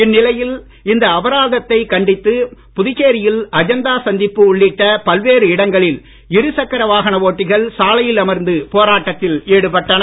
இந்நிலையில் இந்த அபராதத்தை கண்டித்து புதுச்சேரியில் அஜந்தா சந்திப்பு உள்ளிட்ட பல்வேறு இடங்களில் இரு சக்கர வாகன ஒட்டிகள் சாலையில் அமர்ந்து போராட்டத்தில் ஈடுபட்டனர்